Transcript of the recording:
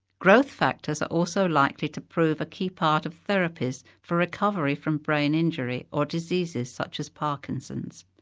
growth factors are also likely to prove a key part of therapies for recovery from brain injury or diseases such as parkinson's.